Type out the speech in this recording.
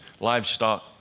livestock